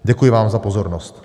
Děkuji vám za pozornost.